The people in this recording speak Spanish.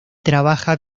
trabaja